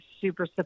super